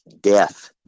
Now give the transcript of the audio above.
death